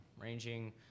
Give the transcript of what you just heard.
ranging